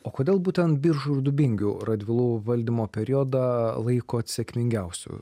o kodėl būtent biržų ir dubingių radvilų valdymo periodą laikot sėkmingiausiu